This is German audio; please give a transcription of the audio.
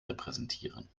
repräsentieren